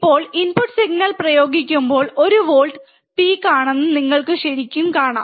ഇപ്പോൾ input signal പ്രയോഗിക്കുമ്പോൾ ഒരു വോൾട്ട് പീക്ക് ആണെന്ന് നിങ്ങൾ ശരിക്കും ശരി